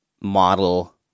model